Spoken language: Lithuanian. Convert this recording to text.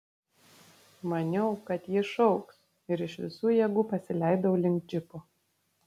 maniau kad ji šauks ir iš visų jėgų pasileidau link džipo